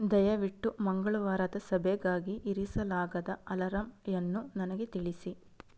ದಯವಿಟ್ಟು ಮಂಗಳವಾರದ ಸಭೆಗಾಗಿ ಇರಿಸಲಾಗದ ಅಲಾರಾಮನ್ನು ನನಗೆ ತಿಳಿಸಿ